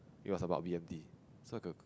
it was about B_M_T so I could